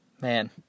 man